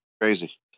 crazy